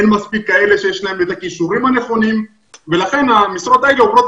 אין מספיק כאלה שיש להם את הכישורים הנכונים ולכן המשרות האלה עוברות